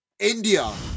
India